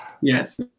Yes